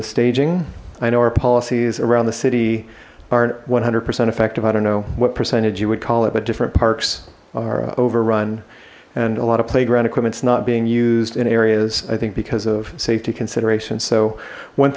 the staging i know our policies around the city aren't one hundred percent effective i don't know what percentage you would call it but different parks over run and a lot of playground equipments not being used in areas i think because of safety considerations so one